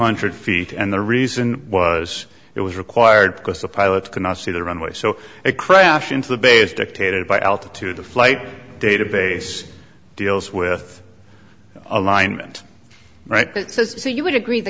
hundred feet and the reason was it was required because the pilot could not see the runway so it crashed into the bay is dictated by altitude the flight data base deals with alignment right so you would agree the